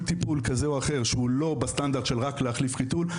כזה או אחר שהוא לא בסטנדרט של רק להחליף טיטול,